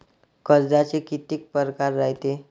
कर्जाचे कितीक परकार रायते?